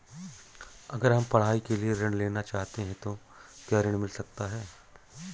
अगर हम पढ़ाई के लिए ऋण लेना चाहते हैं तो क्या ऋण मिल सकता है?